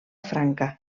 franca